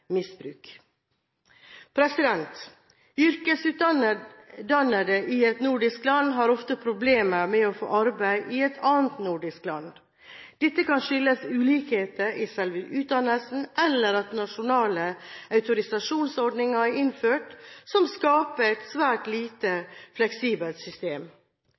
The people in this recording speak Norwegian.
i et nordisk land har ofte problemer med å få arbeid i et annet nordisk land. Dette kan skyldes ulikheter i selve utdannelsen eller at nasjonale autorisasjonsordninger er innført, som skaper et svært lite fleksibelt system.